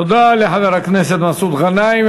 תודה לחבר הכנסת מסעוד גנאים.